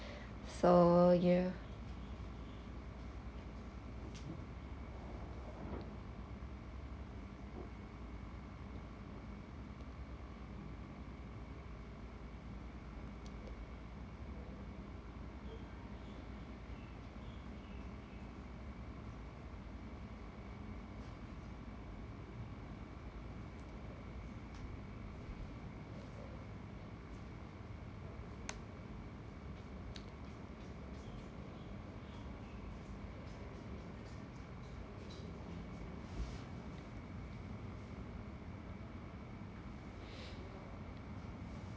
so yeah